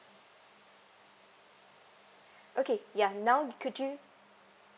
okay ya now could you